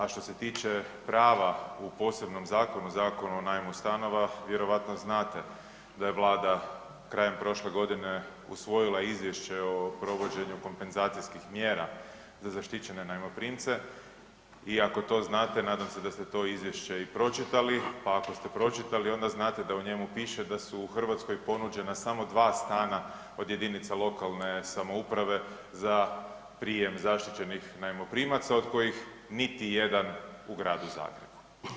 A što se tiče prava u posebnom zakonu, Zakonu o najmu stanova vjerojatno znate da je Vlada krajem prošle godine usvojila izvješće o provođenju kompenzacijskih mjera za zaštićene najmoprimce i ako to znate nadam se da ste to izvješće i pročitali, pa ako ste pročitali onda znate da u njemu piše da su u Hrvatskoj ponuđena samo 2 stana od jedinica lokalne samouprave za prijem zaštićenih najmoprimaca od kojih za prijem zaštićenih najmoprimaca, od kojih niti jedan u Gradu Zagrebu.